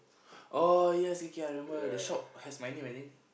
oh yes okay I remember the shop has my name I think